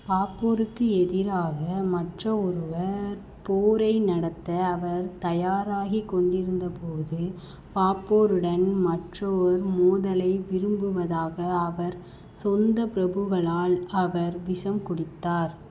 பாபருக்கு எதிராக மற்ற ஒருவர் போரை நடத்த அவர் தயாராகிக் கொண்டிருந்தபோது பாபருடன் மற்ற ஒரு மோதலை விரும்புவதாக அவர் சொந்த பிரபுக்களால் அவர் விஷம் குடித்தார்